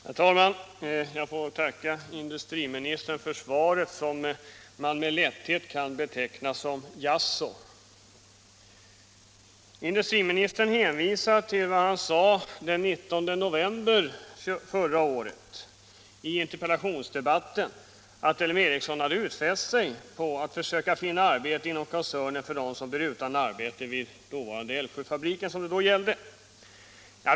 Herr talman! Jag får tacka industriministern för svaret, som man med lätthet kan beteckna som ”jaså”. Industriministern hänvisar till vad han sade i interpellationsdebatten den 19 november förra året — att L M Ericsson hade utfäst sig att försöka finna arbete inom koncernen för dem som blir utan arbete vid Älvsjöfabriken, som det då gällde.